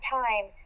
time